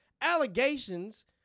allegations